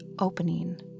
opening